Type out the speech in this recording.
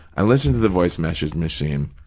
i listen to the voice message machine,